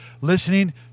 listening